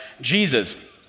Jesus